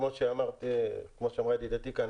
כמו שאמרה ידידתי כאן,